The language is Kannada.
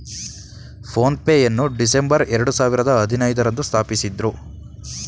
ಫೋನ್ ಪೇ ಯನ್ನು ಡಿಸೆಂಬರ್ ಎರಡು ಸಾವಿರದ ಹದಿನೈದು ರಂದು ಸ್ಥಾಪಿಸಿದ್ದ್ರು